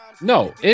no